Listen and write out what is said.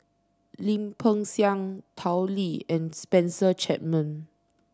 Lim Peng Siang Tao Li and Spencer Chapman